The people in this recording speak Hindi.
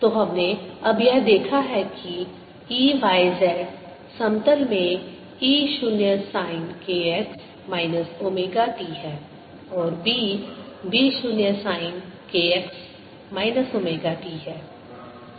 तो हमने अब यह देखा है कि E yz समतल में E 0 sine k x minus omega t हैऔर B B 0 sine k x minus omega t है